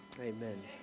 Amen